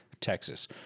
Texas